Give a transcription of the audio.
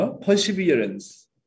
perseverance